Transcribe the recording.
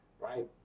right